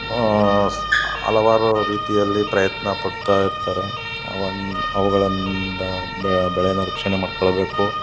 marks ಹಲವಾರು ರೀತಿಯಲ್ಲಿ ಪ್ರಯತ್ನ ಪಡ್ತಾಯಿರ್ತಾರೆ ಅವನ್ನು ಅವುಗಳಿಂದ ಬೆಳೆನ ರಕ್ಷಣೆ ಮಾಡಿಕೊಳ್ಬೇಕು